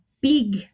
big